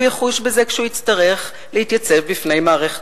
הוא יחוש בזה כשהוא יצטרך להתייצב בפני מערכת